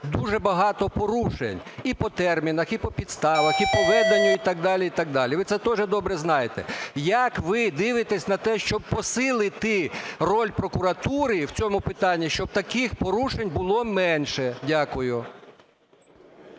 дуже багато порушень і по термінах, і по підставах, і по веденню, і так далі, і так далі, ви це теж добре знаєте. Як ви дивитись на те, щоб посилити роль прокуратури в цьому питанні, щоб таких порушень було менше? Дякую.